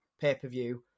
pay-per-view